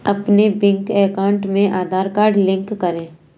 अपने bank account में Aadhaar card कैसे लिंक करें?